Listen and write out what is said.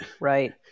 Right